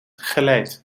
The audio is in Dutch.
geleid